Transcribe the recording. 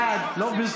בגללך.